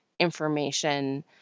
information